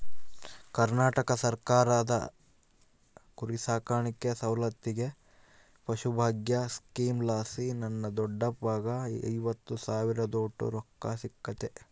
ಕರ್ನಾಟಕ ಸರ್ಕಾರದ ಕುರಿಸಾಕಾಣಿಕೆ ಸೌಲತ್ತಿಗೆ ಪಶುಭಾಗ್ಯ ಸ್ಕೀಮಲಾಸಿ ನನ್ನ ದೊಡ್ಡಪ್ಪಗ್ಗ ಐವತ್ತು ಸಾವಿರದೋಟು ರೊಕ್ಕ ಸಿಕ್ಕತೆ